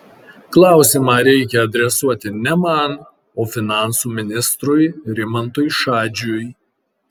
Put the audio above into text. klausimą reikia adresuoti ne man o finansų ministrui rimantui šadžiui